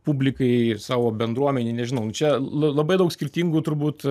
publikai ir savo bendruomenei nežinau nu čia labai daug skirtingų turbūt